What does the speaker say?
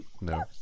No